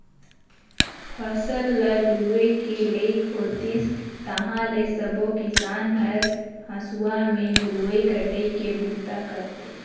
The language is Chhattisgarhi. फसल ल लूए के लइक होतिस ताहाँले सबो किसान हर हंसुआ में लुवई कटई के बूता करथे